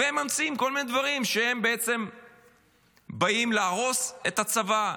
וממציאים כל מיני דברים, שהם באים להרוס את הצבא?